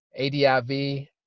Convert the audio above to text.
ADIV